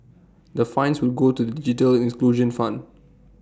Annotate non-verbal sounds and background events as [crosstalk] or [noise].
the fines will go to the digital [unintelligible] fund